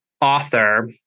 author